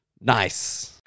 Nice